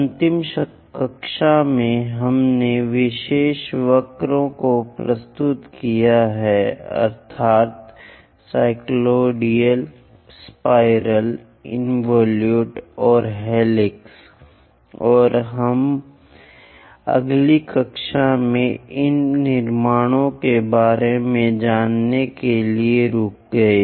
अंतिम कक्षा में हमने विशेष वक्रों को प्रस्तुत किया है अर्थात् साइक्लोइड स्पाइरल इन्वोलुटे और हेलिक्स और हम अगली कक्षा में इन निर्माणों के बारे में जानने के लिए रुक गए